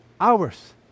hours